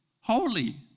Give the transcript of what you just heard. Holy